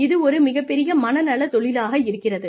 இது ஒரு மிகப்பெரிய மனநல தொழிலாக இருக்கிறது